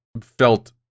felt